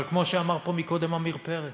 אבל כמו שאמר פה קודם עמיר פרץ: